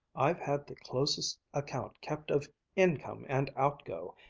i've had the closest account kept of income and outgo,